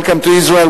Welcome to Israel,